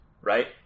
right